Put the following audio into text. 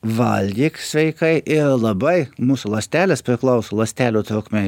valgyk sveikai ir labai mūsų ląstelės priklauso ląstelių trukmė